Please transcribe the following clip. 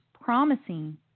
promising